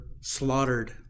slaughtered